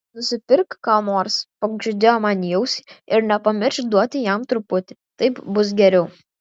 nusipirk ko nors pakuždėjo man į ausį ir nepamiršk duoti jam truputį taip bus geriau